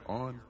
on